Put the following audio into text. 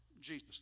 Jesus